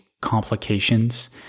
complications